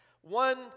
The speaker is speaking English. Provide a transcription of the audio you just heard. One